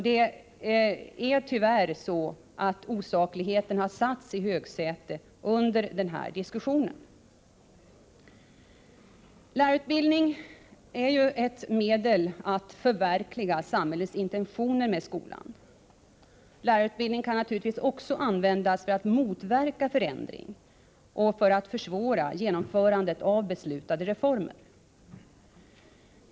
Det är tyvärr så att osakligheten har satts i högsätet under den diskussionen. Lärarutbildningen är ett medel för att förverkliga samhällets intentioner för skolan. Den kan naturligtvis också användas för att motverka förändringar och för att försvåra genomförandet av beslutade reformer.